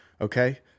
okay